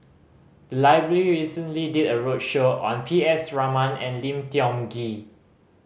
the library recently did a roadshow on P S Raman and Lim Tiong Ghee